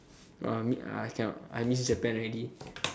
!wah! m~ I cannot I miss Japan already